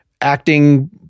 acting